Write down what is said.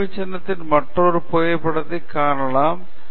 அதே நினைவுச்சின்னத்தின் மற்றொரு புகைப்படத்தைக் காணலாம்